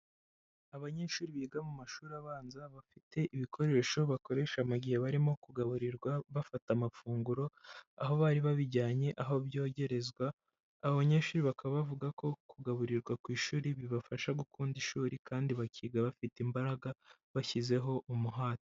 Abanyeshuri biga mu mashuri abanza bafite ibikoresho bakoresha mu gihe barimo kugaburirwa bafata amafunguro, aho bari babijyanye aho byogerezwa. Aba banyeshuri bakaba bavuga ko kugaburirwa ku ishuri bibafasha gukunda ishuri kandi bakiga bafite imbaraga, bashyizeho umuhate.